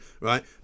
right